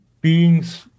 beings